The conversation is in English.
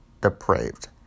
depraved